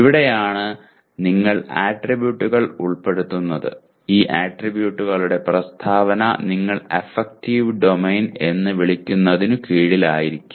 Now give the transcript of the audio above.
ഇവിടെയാണ് നിങ്ങൾ ആട്രിബ്യൂട്ടുകൾ ഉൾപ്പെടുത്തുന്നത് ഈ ആട്രിബ്യൂട്ടുകളുടെ പ്രസ്താവന നിങ്ങൾ അഫക്റ്റീവ് ഡൊമെയ്ൻ എന്ന് വിളിക്കുന്നതിനു കീഴിലായിരിക്കാം